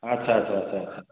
ଆଚ୍ଛା ଆଚ୍ଛା ଆଚ୍ଛା ଆଚ୍ଛା